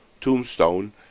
tombstone